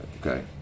okay